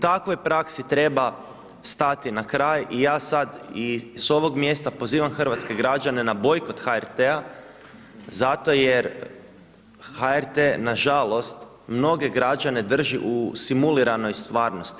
Takvoj praksi treba stati na kraj i ja sada i s ovog mjesta pozivam hrvatske građane na bojkot HRT-a zato jer HRT nažalost mnoge građane drži u simuliranoj stvarnosti.